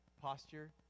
Posture